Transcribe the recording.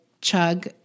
chug